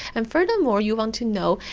and furthermore you want to know,